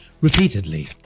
repeatedly